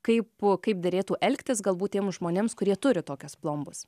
kaip kaip derėtų elgtis galbūt tiems žmonėms kurie turi tokias plombas